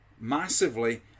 massively